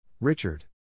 Richard